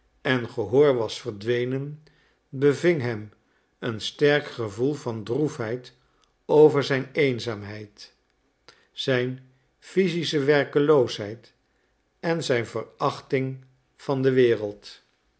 en gehoor was verdwenen beving hem een sterk gevoel van droefheid over zijn eenzaamheid zijn physische werkeloosheid en zijn verachting van de wereld